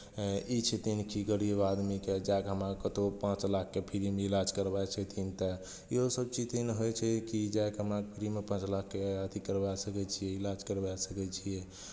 एँ ई छथिन कि गरीब आदमीके जा कऽ हमरा आरकेँ कतहु पाँच लाखके फ्रीमे इलाज करवाय छथिन तऽ इहो सभचीज होइ छै कि जायके हमरा आरकेँ फ्रीमे पाँच लाखके अथि करवाय सकै छी इलाज करवाय सकै छी